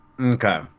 okay